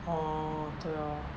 orh 对 lor